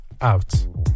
out